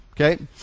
Okay